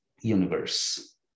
universe